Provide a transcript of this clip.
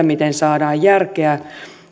miten saadaan järkeä